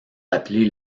appelés